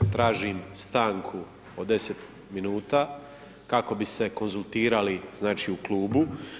Tražim stanku od 10 minuta kako bi se konzultirali znači u klubu.